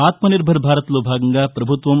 ఆత్మ నిర్బర్ భారత్లో భాగంగా పభుత్వం